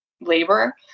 labor